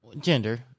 gender